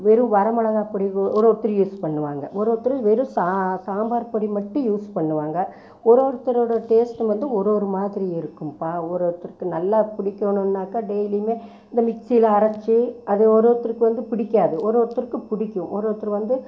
வெறும் வரமிளகா பொடி ஓ ஒருரொருத்தர் யூஸ் பண்ணுவாங்க ஒருரொருத்தர் வெறும் சா சாம்பார் பொடி மட்டும் யூஸ் பண்ணுவாங்க ஒருரொருத்தரோடய டேஸ்ட்டு வந்து ஒருரொரு மாதிரி இருக்கும்பா ஒருரொருத்தருக்கு நல்லா பிடிக்கணுன்னாக்கா டெய்லியுமே இந்த மிக்சியில் அரைத்து அது ஒருரொருத்தருக்கு வந்து பிடிக்காது ஒருவொத்தருக்கு பிடிக்கும் ஒருரொருத்தர் வந்து